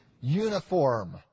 uniform